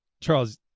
Charles